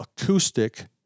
acoustic